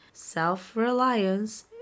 Self-reliance